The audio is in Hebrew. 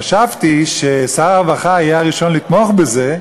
חשבתי ששר הרווחה יהיה הראשון לתמוך בזה,